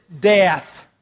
death